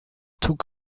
took